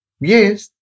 Yes